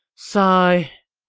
sigh.